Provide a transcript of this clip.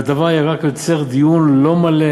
והדבר היה רק יוצר דיון לא מלא,